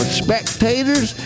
spectators